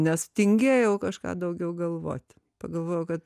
nes tingėjau kažką daugiau galvoti pagalvojau kad